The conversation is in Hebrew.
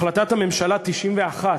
החלטת הממשלה 91,